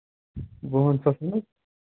وُہَن ساسن حظ